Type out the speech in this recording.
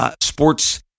sports